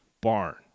barn